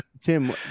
Tim